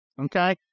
Okay